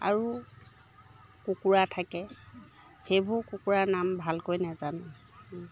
আৰু কুকুৰা থাকে সেইবোৰ কুকুৰাৰ নাম ভালকৈ নেজানো